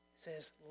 says